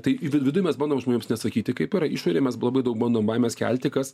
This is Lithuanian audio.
tai vi viduj mes bandom žmonėms nesakyti kaip yra išorėj mes labai daug bandom baimės kelti kas